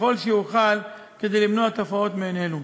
ככל שאוכל כדי למנוע תופעות מעין אלו.